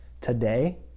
today